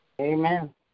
Amen